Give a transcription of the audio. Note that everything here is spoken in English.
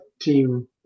team